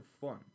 fun